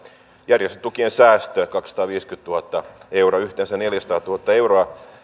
järjestötukien säästö kaksisataaviisikymmentätuhatta euroa yhteensä neljäsataatuhatta euroa